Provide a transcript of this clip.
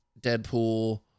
Deadpool